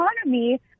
economy